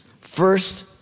First